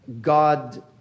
God